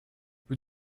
vous